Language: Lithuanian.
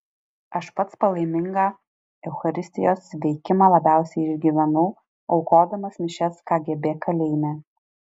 aš pats palaimingą eucharistijos veikimą labiausiai išgyvenau aukodamas mišias kgb kalėjime